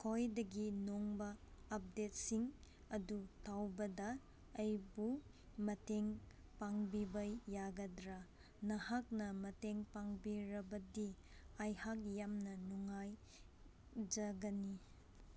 ꯈ꯭ꯋꯥꯏꯗꯒꯤ ꯅꯧꯕ ꯑꯞꯗꯦꯠꯁꯤꯡ ꯑꯗꯨ ꯇꯧꯕꯗ ꯑꯩꯕꯨ ꯃꯇꯦꯡ ꯄꯥꯡꯕꯤꯕ ꯌꯥꯒꯗ꯭ꯔꯥ ꯅꯍꯥꯛꯅ ꯃꯇꯦꯡ ꯄꯥꯡꯕꯤꯔꯕꯗꯤ ꯑꯩꯍꯥꯛ ꯌꯥꯝꯅ ꯅꯨꯡꯉꯥꯏꯖꯒꯅꯤ